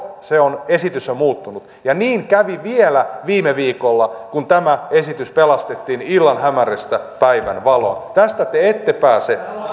se esitys on muuttunut niin kävi vielä viime viikolla kun tämä esitys pelastettiin illan hämärästä päivänvaloon tästä te ette pääse